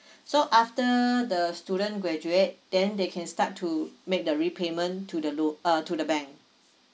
so after the student graduate then they can start to make the repayment to the loan uh to the bank